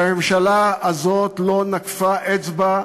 והממשלה הזו לא נקפה אצבע,